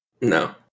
No